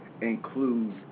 include